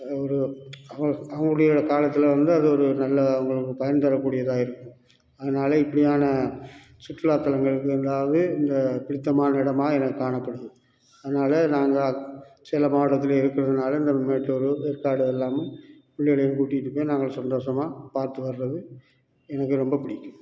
ஒரு அவு அவங்களுடைய காலத்தில் வந்து அது ஒரு நல்ல அவங்களுக்கு பயன்தரக்கூடியதாக இருக்குது அதனால இப்படியான சுற்றுலாத்தளங்களுக்கு அதாவது இந்த பிடித்தமான இடமாக எனக்கு காணப்படுது அதனால நாங்கள் சேலம் மாவட்டத்தில் இருக்கறதுனால இந்த மேட்டூர் ஏற்காடு எல்லாமும் பிள்ளைகளையும் கூட்டிகிட்டு போயி நாங்கள் சந்தோஷமாக பார்த்து வர்றது எனக்கு ரொம்ப பிடிக்கும்